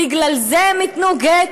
בגלל זה הם ייתנו גט?